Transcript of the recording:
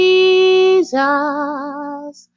Jesus